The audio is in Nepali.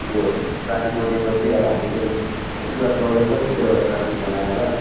त्यो ट्राफिक बनिएपछि अब हामीले यहाँ कुरा चल्दैछ ठुलो एउटा ट्राफिक बनाएर